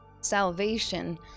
salvation